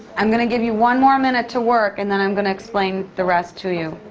i'm gonna give you one more minute to work and then i'm gonna explain the rest to you.